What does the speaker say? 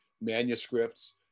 manuscripts